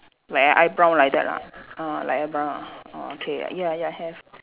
like a eyebrow like that lah ah like eyebrow lah oh okay ya ya have